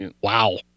Wow